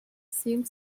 seemed